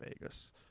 Vegas